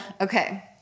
okay